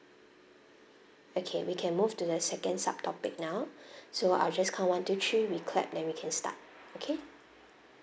okay we can move to the second subtopic now so I'll just count one two three we clap then we can start okay